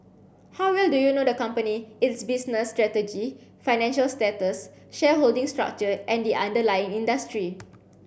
how well do you know the company its business strategy financial status shareholding structure and the underlying industry